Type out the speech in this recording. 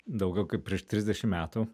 daugiau kaip prieš trisdešim metų